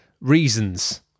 Reasons